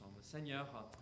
Seigneur